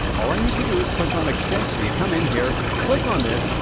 all i need to do is click on extensity, come in here click on this,